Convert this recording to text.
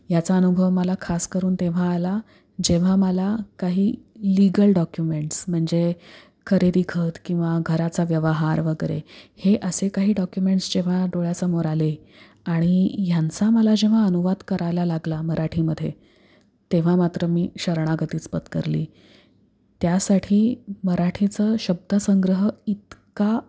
याचा अनुभव मला खास करून तेव्हा आला जेव्हा मला काही लिगल डॉक्युमेंट्स म्हणजे खरेदी खत किंवा घराचा व्यवहार वगैरे हे असे काही डॉक्युमेंट्स जेव्हा डोळ्यासमोर आले आणि ह्यांचा मला जेव्हा अनुवाद करायला लागला मराठीमध्ये तेव्हा मात्र मी शरणागतीच पत्करली त्यासाठी मराठीचं शब्दसंग्रह इतका